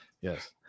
Yes